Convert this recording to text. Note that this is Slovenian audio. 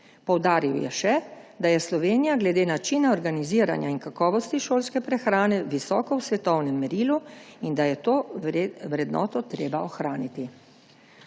Poudaril je še, da je Slovenija glede načina organiziranja in kakovosti šolske prehrane visoko v svetovnem merilu in da je to vrednoto treba ohraniti.